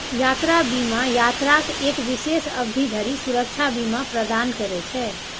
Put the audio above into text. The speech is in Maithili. यात्रा बीमा यात्राक एक विशेष अवधि धरि सुरक्षा बीमा प्रदान करै छै